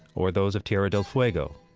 or those of tierra del fuego,